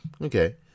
Okay